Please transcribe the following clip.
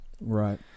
Right